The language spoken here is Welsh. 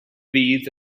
fydd